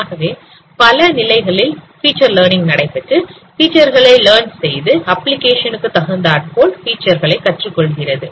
ஆகவே பல நிலைகளில் ஃபிச்சர் லர்ன்ங் நடைபெற்று ஃபிச்சர் களை லர்ன் செய்து அப்ளிகேஷனுக்கு தகுந்தாற்போல் ஃபிச்சர் களை கற்றுக்கொள்கிறது